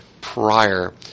prior